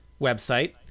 website